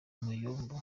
muyumbu